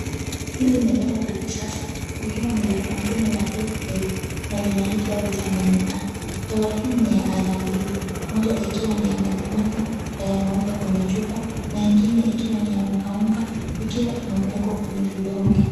Hili ni dawa la kisasa likiwa ni la kampuni ya HealthAid na linaitwa Vitamin A.Dawa hii ni ya aina mbili moja ikiwa ni ya maji maji na yamewekwa kwenye chupa na ingine ikiwa ni ya unga unga ikiwa imewekwa kwenye vidonge.